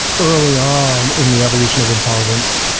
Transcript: early on in the evolution of intelligence,